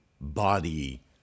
body